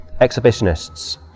exhibitionists